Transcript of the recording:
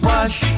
Wash